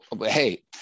hey